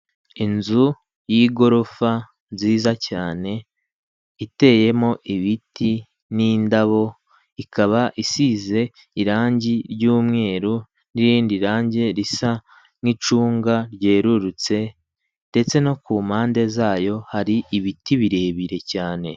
Inzu y'igorofa nziza cyane iteyemo ibiti n'indabo, ikaba isize irangi ry'umweru n'irindi range risa nk'icunga ryererutse ndetse no ku mpande zayo hari ibiti birebire cyane.